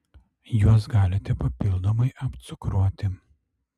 juos galite papildomai apcukruoti